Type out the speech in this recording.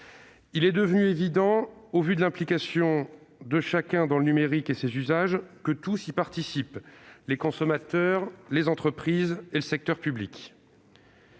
Il est devenu évident, au vu de l'implication de chacun dans le numérique et ses usages, que tous y participent : les consommateurs, les entreprises ou encore le secteur public.